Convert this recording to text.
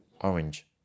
orange